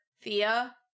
Thea